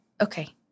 okay